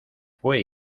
fue